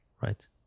Right